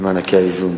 למענקי האיזון,